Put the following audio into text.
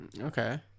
Okay